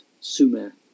sumer